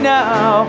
now